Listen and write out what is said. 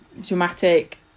dramatic